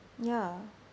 ya